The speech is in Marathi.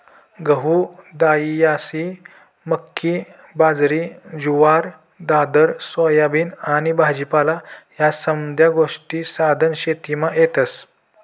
गहू, दायीसायी, मक्की, बाजरी, जुवार, दादर, सोयाबीन आनी भाजीपाला ह्या समद्या गोष्टी सधन शेतीमा येतीस